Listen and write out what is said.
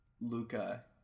Luca